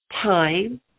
time